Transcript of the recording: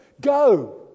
Go